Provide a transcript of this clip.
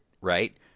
right